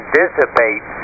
dissipate